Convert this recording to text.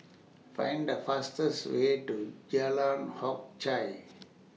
Find The fastest Way to Jalan Hock Chye